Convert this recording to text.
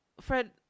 Fred